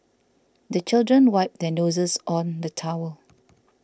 the children wipe their noses on the towel